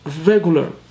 regular